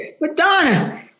Madonna